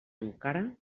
encara